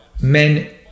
men